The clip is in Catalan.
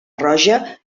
roja